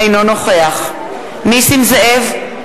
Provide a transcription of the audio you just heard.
אינו נוכח נסים זאב,